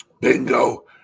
Bingo